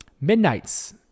Midnight's